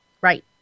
Right